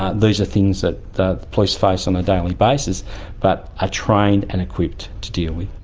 ah these are things that the police face on a daily basis but are trained and equipped to deal with.